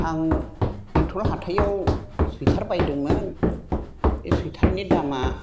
आं बेंथल हाथायाव सुइटार बायदोंमोन बे सुइटारनि दामा